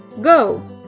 Go